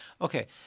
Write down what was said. Okay